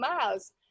miles